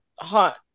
hot